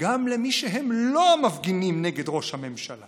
גם למי שהם לא מפגינים נגד ראש הממשלה.